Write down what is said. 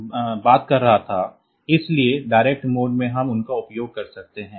इसलिए direct mode में हम उनका उपयोग कर सकते हैं